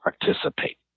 participate